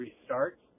restart